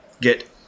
get